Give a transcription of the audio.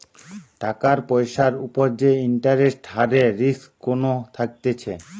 টাকার পয়সার উপর যে ইন্টারেস্ট হারের রিস্ক কোনো থাকতিছে